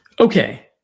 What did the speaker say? Okay